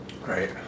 Right